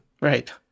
Right